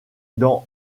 dans